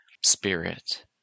spirit